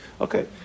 Okay